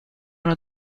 una